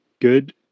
good